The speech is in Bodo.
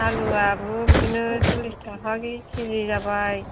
आलुआबो बिदिनो साल्लिस थाखा केजि जाबाय